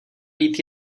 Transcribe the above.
být